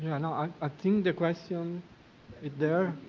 i ah think the question there,